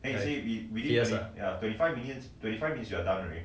yes ah